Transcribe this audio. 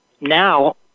now